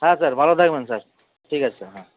হ্যাঁ স্যার ভালো থাকবেন স্যার ঠিক আছে স্যার হ্যাঁ